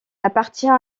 appartient